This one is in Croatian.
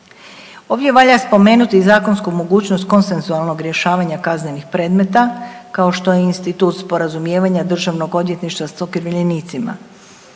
Ovdje valja spomenuti zakonsku mogućnost konsenzualnog rješavanja kaznenih predmeta kao što je institut sporazumijevanja državnog odvjetništva s okrivljenicima.